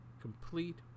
complete